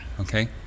okay